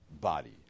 body